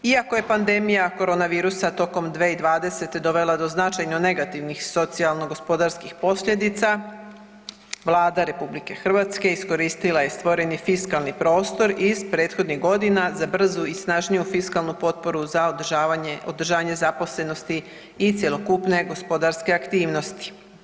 Iako je pandemija korona virusa tijekom 2020. dovela do značajno negativnih socijalno-gospodarskih posljedica Vlada RH iskoristila je stvoreni fiskalni prostor iz prethodnih godina za bržu i snažniju fiskalnu potporu za održanje zaposlenosti i cjelokupne gospodarske aktivnosti.